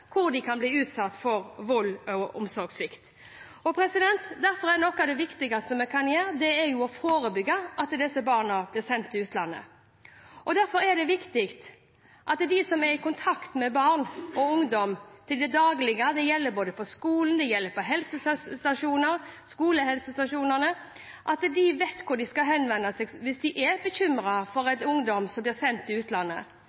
hvor de kan bli utsatt for vold og omsorgssvikt. Derfor er noe av det viktigste vi kan gjøre, å forebygge at disse barna blir sendt til utlandet,. Derfor er det også viktig at de som er i kontakt med barn og ungdom i det daglige, enten det er på skolen eller på helsestasjoner, vet hvor de skal henvende seg hvis de er bekymret for